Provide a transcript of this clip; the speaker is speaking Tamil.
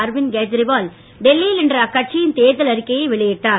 அர்விந்த் கேஜ்ரிவால் டெல்லியில் இன்று அக்கட்சியின் தேர்தல் அறிக்கையை வெளியிட்டார்